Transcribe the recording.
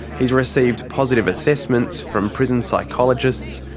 he's received positive assessments from prison psychologists,